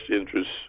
interests